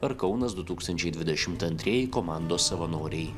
ar kaunas du tūkstančiai dvidešimt antrieji komandos savanoriai